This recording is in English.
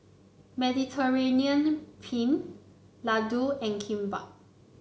Mediterranean Penne Ladoo and Kimbap